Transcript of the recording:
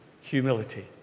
humility